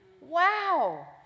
Wow